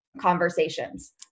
conversations